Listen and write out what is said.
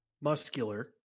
muscular